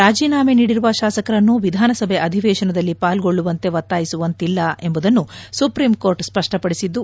ರಾಜೀನಾಮೆ ನೀಡಿರುವ ಶಾಸಕರನ್ನು ವಿಧಾನಸಭೆ ಅಧಿವೇಶನದಲ್ಲಿ ಪಾಲ್ಗೊಳ್ಳುವಂತೆ ಒತ್ತಾಯಿಸುವಂತಿಲ್ಲ ಎಂಬುದನ್ನು ಸುಪ್ರೀಂ ಕೋರ್ಟ್ ಸ್ಪಷ್ಟಪಡಿಸಿದ್ದು